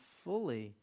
fully